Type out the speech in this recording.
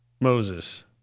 Moses